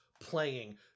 playing